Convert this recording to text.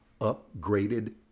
upgraded